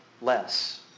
less